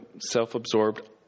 self-absorbed